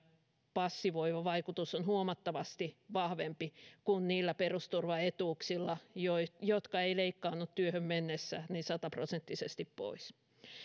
passivoiva vaikutus on huomattavasti vahvempi kuin niillä perusturvaetuuksilla jotka eivät leikkaannu työhön mennessä sataprosenttisesti pois